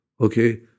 okay